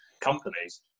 companies